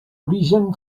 origen